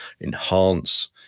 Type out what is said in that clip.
enhance